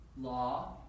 law